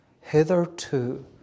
hitherto